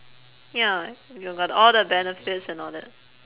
ya you got all the benefits and all that